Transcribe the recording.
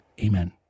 Amen